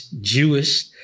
Jewish